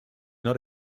not